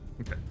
Okay